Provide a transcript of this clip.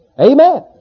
Amen